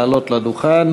לעלות לדוכן